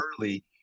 early